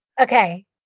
Okay